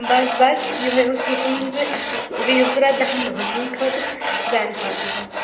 بَس بَس یِہے اوس حُکُم زِ اَسہِ اوس لیٖو ضوٚرَتھ دَہَن دۄہَن ہُنٛد خٲطرٕ زَین فاطِماہس